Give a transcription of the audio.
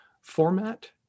format